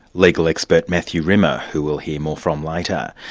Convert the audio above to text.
legal expert, matthew rimmer, who we'll hear more from later.